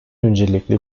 öncelikli